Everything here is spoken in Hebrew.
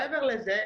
מעבר לזה,